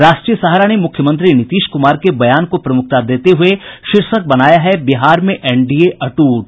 राष्ट्रीय सहारा ने मुख्यमंत्री नीतीश कुमार के बयान को प्रमुखता देते हुए शीर्षक बनाया है बिहार में एनडीए अटूट